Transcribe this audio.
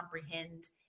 comprehend